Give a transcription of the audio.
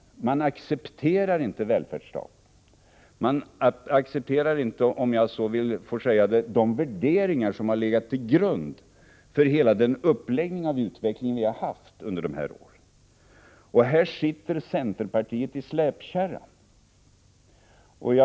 Man accepterar inte välfärdsstaten. Man accepterar inte, de värderingar som har legat till grund för hela den uppläggning av utvecklingen som vi har haft under dessa år. I fråga om detta sitter centerpartiet i moderaternas släpkärra.